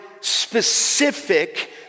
specific